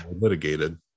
litigated